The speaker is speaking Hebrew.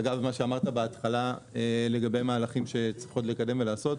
אגב מה שאמרת בהתחלה לגבי מהלכים שצריך עוד לקדם ולעשות.